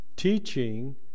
Teaching